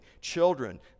children